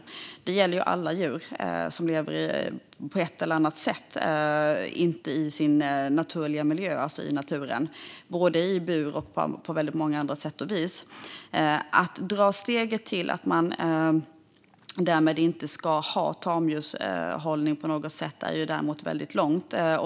Detta gäller alla djur som på ett eller annat sätt inte lever i sin naturliga miljö, det vill säga i naturen, utan lever i bur eller på annat sätt. Steget till att slå fast att man därmed inte ska ha tamdjurshållning är dock väldigt långt.